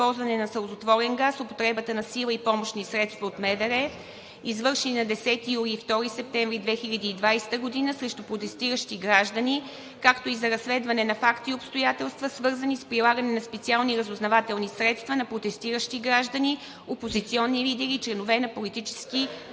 използване на сълзотворен газ, употребата на сила и помощни средства от МВР, извършени на 10 юли и 2 септември 2020 г., срещу протестиращи граждани, както и за разследване на факти и обстоятелства, свързани с прилагане на специални разузнавателни средства на протестиращи граждани, опозиционни лидери и членове на политически партии